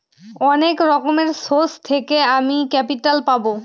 অনেক রকম সোর্স থেকে আমি ক্যাপিটাল পাবো